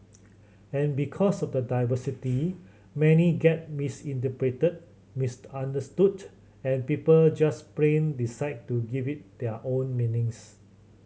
and because of the diversity many get misinterpreted misunderstood and people just plain decide to give it their own meanings